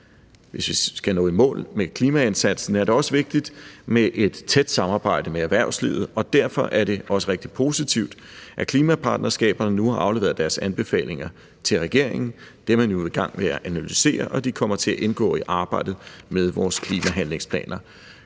Hvis vi skal nå i mål med klimaindsatsen, er det også vigtigt med et tæt samarbejde med erhvervslivet, og derfor er det også rigtig positivt, at klimapartnerskaberne nu har afleveret deres anbefalinger til regeringen. Dem er man nu i gang med at analysere, og de kommer til at indgå i arbejdet med vores klimahandlingsplaner.